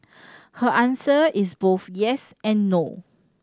her answer is both yes and no